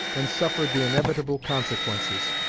and suffered the inevitable consequences.